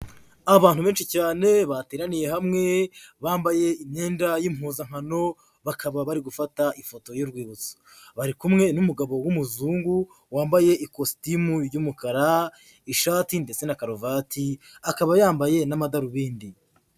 Abantu benshi cyane bateraniye hamwe, bambaye imyenda y'impuzankano bakaba bari gufata ifoto y'urwibutso, bari kumwe n'umugabo w'umuzungu wambaye ikositimu y'umukara, ishati ndetse na karuvati, akaba yambaye n'amadarubindi.